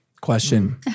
Question